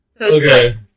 Okay